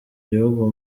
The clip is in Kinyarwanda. igihugu